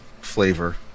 flavor